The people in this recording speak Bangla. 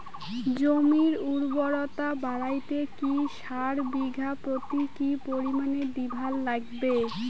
জমির উর্বরতা বাড়াইতে কি সার বিঘা প্রতি কি পরিমাণে দিবার লাগবে?